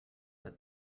but